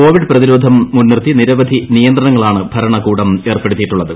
Covid പ്രതിരോധം മുൻനിർത്തി നിരവധി നിയന്ത്രണങ്ങളാണ് ഭരണകൂടം ഏർപ്പെടുത്തിയിട്ടുള്ളത്